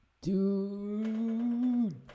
Dude